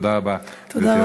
תודה רבה, גברתי היושבת-ראש.